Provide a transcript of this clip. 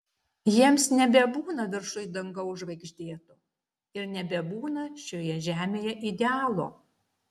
jiems nebebūna viršuj dangaus žvaigždėto ir nebebūna šioje žemėje idealo